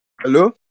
Hello